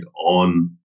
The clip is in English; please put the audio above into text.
on